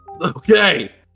Okay